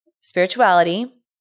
Spirituality